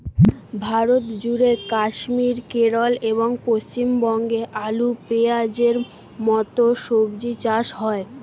ভারতজুড়ে কাশ্মীর, কেরল এবং পশ্চিমবঙ্গে আলু, পেঁয়াজের মতো সবজি চাষ হয়